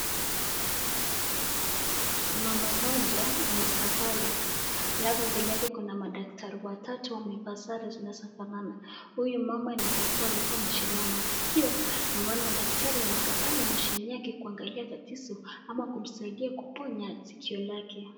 Mama mmoja amekaa pale, alafu mbele yake kuna madaktari watatu wamevaa Sare zinazo fanana. huyu mama anaweza kua alikua na shinda ya masikio no wonder daktari amekaa pale mashini yake kuangalia tatizo ama kumsaidia kuponya sikio lake.